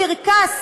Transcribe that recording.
קרקס.